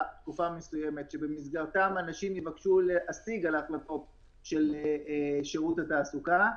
מסוימת שבמסגרתם אנשים יבקשו להשיג על החלטות של שירות התעסוקה.